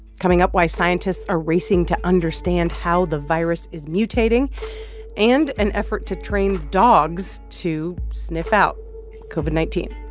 coming up, why scientists are racing to understand how the virus is mutating and an effort to train dogs to sniff out covid nineteen.